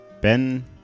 Ben